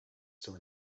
still